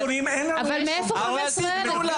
מאיפה 15,000?